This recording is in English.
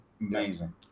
Amazing